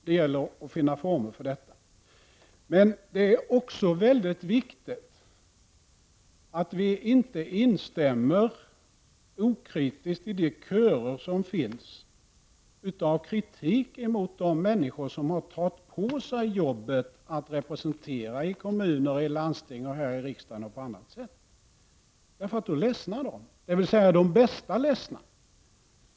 Det gäller att finna former för detta. Men det är också mycket viktigt att vi inte instämmer okritiskt i de körer av kritik som finns mot de människor som har tagit på sig jobbet att representera i kommuner, i landsting, här i riksdagen och på annat sätt. Då ledsnar de, dvs. de bästa ledsnar.